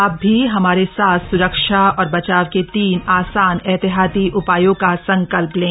आप भी हमारे साथ स्रक्षा और बचाव के तीन आसान एहतियाती उपायों का संकल्प लें